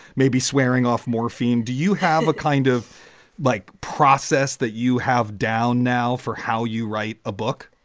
maybe swearing off morphine? do you have a kind of like process that you have down now for how you write a book?